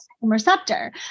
receptor